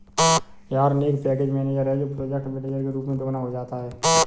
yarn एक package manager है जो प्रोजेक्ट मैनेजर के रूप में दोगुना हो जाता है